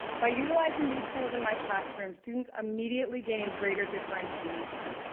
by utilizing these tools in my classroom, students immediately gained greater differentiation.